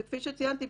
וכפי שציינתי,